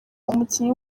umukinnyi